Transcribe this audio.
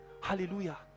Hallelujah